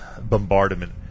bombardment